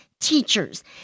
Teachers